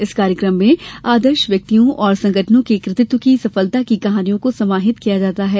इस कार्यक्रम में आदर्श व्यक्तियों एवं संगठनों के कृतित्व की सफलता की कहानियों को समाहित किया जाता है